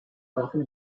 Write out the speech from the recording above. often